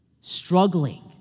struggling